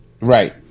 Right